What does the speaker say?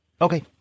Okay